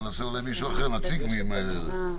כמו כולם אני אומר תודה על הזכות להגיד כמה דברים בוועדה.